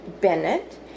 Bennett